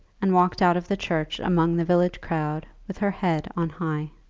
and walked out of the church among the village crowd with her head on high.